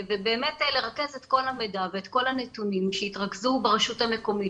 ובאמת לרכז את כל המידע ואת כל הנתונים שיתרכזו ברשות המקומית.